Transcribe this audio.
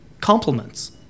Compliments